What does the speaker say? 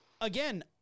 Again